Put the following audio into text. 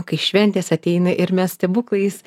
kai šventės ateina ir mes stebuklais